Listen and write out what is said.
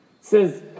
says